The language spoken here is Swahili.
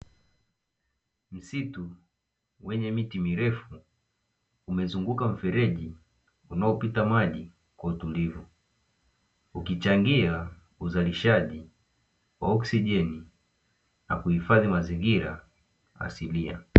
Msitu wenye miti mirefu umezunguka mfereji unaopita maji kwa utulivu, ukichangia uzalishaji wa oksijeni na kuhifadhi mazingira asilia.